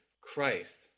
Christ